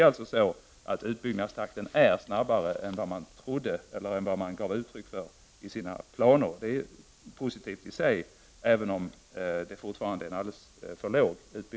Utbyggnadstakten är alltså snabbare än vad som har uttryckts i planerna. Det är i sig positivt, även om utbyggnadstakten fortfarande är alldeles för låg.